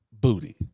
booty